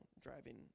driving